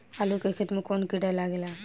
आलू के खेत मे कौन किड़ा लागे ला?